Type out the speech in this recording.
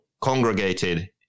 congregated